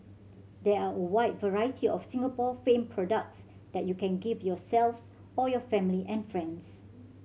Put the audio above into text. there are a wide variety of Singapore famed products that you can gift yourselves or your family and friends